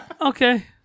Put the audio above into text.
Okay